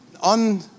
on